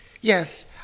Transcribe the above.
Yes